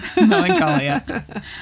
Melancholia